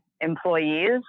employees